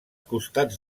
costats